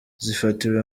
zafatiwe